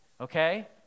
Okay